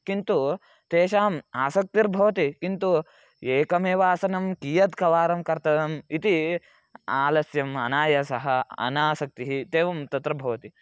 किन्तु तेषाम् आसक्तिर्भवति किन्तु एकमेव आसनं कियत् एकवारं कर्तव्यम् इति आलस्यम् आनायासः अनासक्तिः इत्येवं तत्र भवति